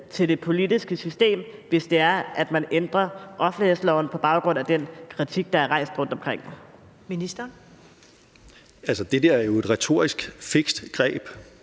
til det politiske system, hvis det er, at man ændrer offentlighedsloven på baggrund af den kritik, der er rejst rundtomkring. Kl. 14:40 Første næstformand (Karen